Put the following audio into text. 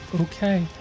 okay